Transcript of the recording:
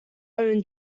own